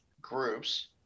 groups